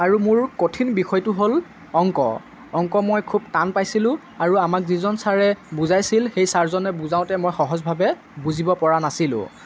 আৰু মোৰ কঠিন বিষয়টো হ'ল অংক অংক মই খুব টান পাইছিলোঁ আৰু আমাক যিজন ছাৰে বুজাইছিল সেই ছাৰজনে বুজাওঁতে মই সহজভাৱে বুজিব পৰা নাছিলোঁ